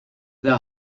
there